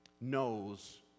knows